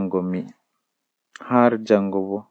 mi waal mi daana be law.